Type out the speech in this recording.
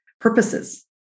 purposes